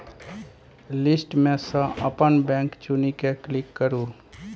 list मे सँ अपन बैंक चुनि कए क्लिक करु